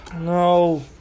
No